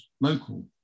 local